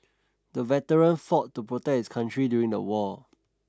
the veteran fought to protect his country during the war